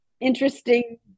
interesting